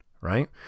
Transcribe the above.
Right